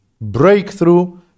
Breakthrough